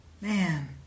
Man